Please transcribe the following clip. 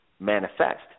manifest